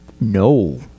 No